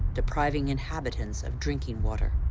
depriving inhabitants of drinking water.